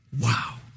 Wow